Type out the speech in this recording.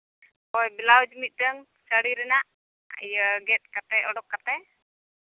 ᱦᱳᱭ ᱵᱞᱟᱩᱡᱽ ᱢᱤᱫᱴᱮᱱ ᱥᱟᱹᱲᱤ ᱨᱮᱱᱟᱜ ᱤᱭᱟᱹ ᱜᱮᱫ ᱠᱟᱛᱮᱫ ᱚᱰᱳᱠ ᱠᱟᱛᱮᱫ